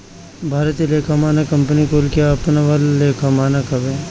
भारतीय लेखा मानक कंपनी कुल के अपनावल लेखा मानक हवे